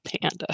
panda